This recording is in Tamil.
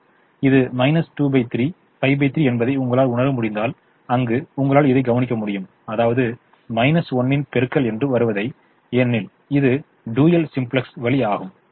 இது மைனஸ் 23 53 என்பதை உங்களால் உணர முடிந்தால் அங்கு உங்களால் இதை கவனிக்க முடியும் அதாவது 1 பெருக்கல் என்று வருவதை ஏனெனில் இது டூயல் சிம்ப்ளக்ஸ் வழி ஆகும்